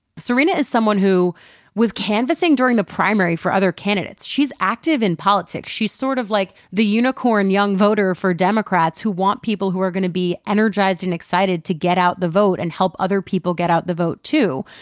serena is someone who was canvassing during the primary for other candidates. she's active in politics. she's sort of like the unicorn young voter for democrats who want people who are gonna be energized and excited to get out the vote and help other people get out the vote, too.